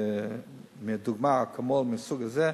לדוגמה "אקמול", מהסוג הזה,